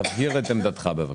איתן כהן, תבהיר את עמדתך, בבקשה.